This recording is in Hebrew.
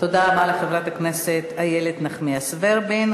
תודה רבה לחברת הכנסת איילת נחמיאס ורבין.